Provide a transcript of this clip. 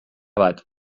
bat